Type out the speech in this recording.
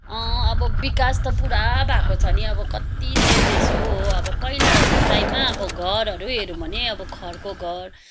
अब विकास त पुरा भएको छ नि अब कति चेन्जेस हो हो अब पहिला हाम्रो टाइममा अब घरहरू हेरौँ भने अब खरको घर